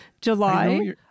July